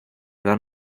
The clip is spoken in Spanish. dan